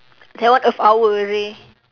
that one earth hour seh